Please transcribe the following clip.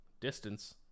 Distance